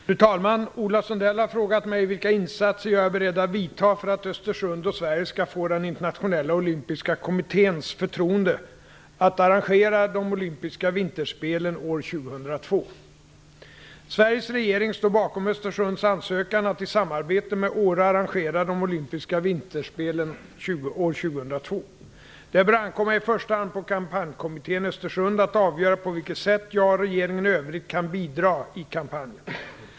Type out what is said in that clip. Fru talman! Ola Sundell har frågat mig vilka insatser jag är beredd att vidta för att Östersund och Sverige skall få den internationella olympiska kommitténs förtroende att arrangera de olympiska vinterspelen år Sveriges regering står bakom Östersunds ansökan att i samarbete med Åre arrangera de olympiska vinterspelen år 2002. Det bör ankomma i första hand på kampanjkommittén i Östersund att avgöra på vilket sätt jag och regeringen i övrigt kan bidra i kampanjen.